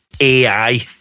AI